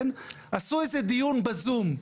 עשו איזשהו דיון ב"זום"